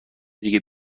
دیگه